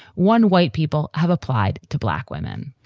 one white people have applied to black women.